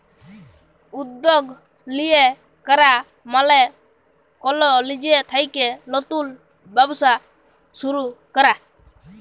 উদ্যগ লিয়ে ক্যরা মালে কল লিজে থ্যাইকে লতুল ব্যবসা শুরু ক্যরা